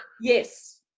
Yes